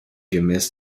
gemäß